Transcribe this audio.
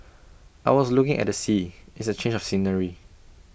I was looking at the sea it's A change of scenery